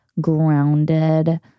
grounded